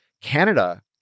Canada